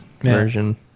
version